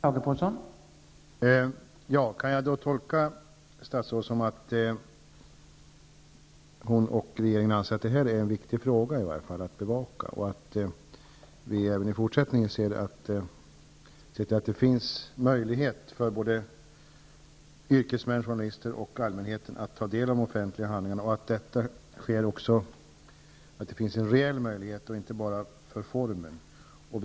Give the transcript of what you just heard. Herr talman! Kan jag tolka statsrådet så, att hon och övriga i regeringen anser att det här är en viktig fråga att bevaka och att det även i fortsättningen skall vara möjligt för yrkesmän, journalister och allmänhet att ta del av offentliga handlingar? Finns det alltså en reell möjlighet i det här sammanhanget?